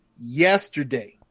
yesterday